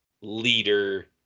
leader